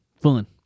Fun